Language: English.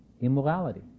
immorality